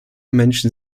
menschen